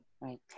right